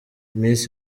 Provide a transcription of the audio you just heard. miss